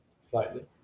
Slightly